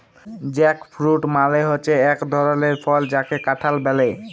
jackfruit মালে হচ্যে এক ধরলের ফল যাকে কাঁঠাল ব্যলে